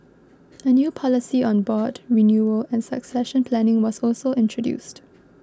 a new policy on board renewal and succession planning was also introduced